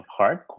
Hardcore